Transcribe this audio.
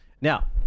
Now